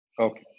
Okay